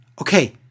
Okay